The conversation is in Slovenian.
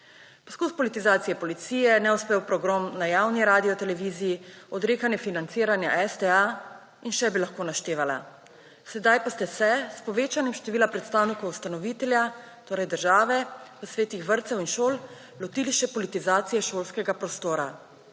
Poskus politizacije policije, neuspeli pogrom na javni radioteleviziji, odrekanje financiranja STA in še bi lahko naštevala. Sedaj pa ste se povečanjem števila predstavnikov ustanovitelja, torej države, v svetih vrtcev in šol lotili še politizacije šolskega prostora.